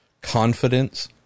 confidence